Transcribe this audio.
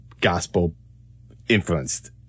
gospel-influenced